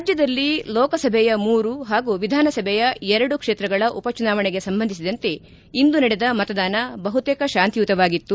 ರಾಜ್ಯದಲ್ಲಿ ಲೋಕಸಭೆಯ ಮೂರು ಹಾಗೂ ವಿಧಾನಸಭೆಯ ಎರಡು ಕ್ಷೇತ್ರಗಳ ಉಪಚುನಾವಣೆಗೆ ಸಂಬಂಧಿಸಿದಂತೆ ಇಂದು ನಡೆದ ಮತದಾನ ಬಹುತೇಕ ಶಾಂತಿಯುತವಾಗಿತ್ತು